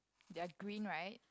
ya green right